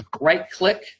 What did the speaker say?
right-click